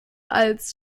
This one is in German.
als